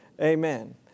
Amen